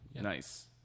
Nice